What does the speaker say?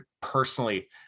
personally